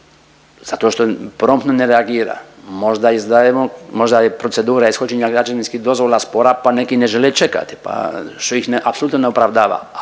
zato što promptno ne reagira, možda izdajemo, možda je procedura ishođenja građevinskih dozvola spora, pa neki ne žele čekati, pa što ih apsolutno ne opravdava,